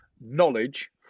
knowledge